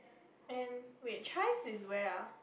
and wait Chais is where ah